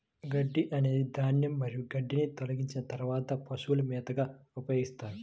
గడ్డి అనేది ధాన్యం మరియు గడ్డిని తొలగించిన తర్వాత పశువుల మేతగా ఉపయోగిస్తారు